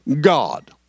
God